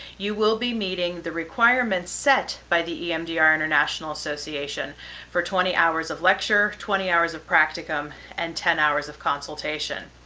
you will be meeting the requirements set by the emdr international association for twenty hours of lecture, twenty hours of practicum, and ten hours of consultation.